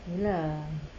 ah lah